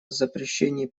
запрещении